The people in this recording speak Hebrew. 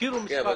כן,